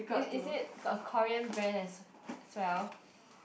it is it got Korean brand as as well